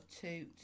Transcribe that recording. two